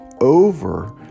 over